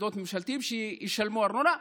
מוסדות ממשלתיים שישלמו ארנונה.